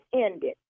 ended